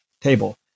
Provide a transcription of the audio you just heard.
table